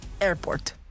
airport